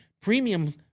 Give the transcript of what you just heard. premium